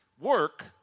Work